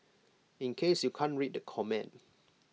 in case you can't read the comment